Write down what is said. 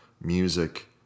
music